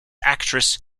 actress